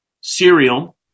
cereal